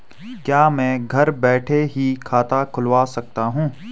क्या मैं घर बैठे ही खाता खुलवा सकता हूँ?